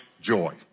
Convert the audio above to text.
joy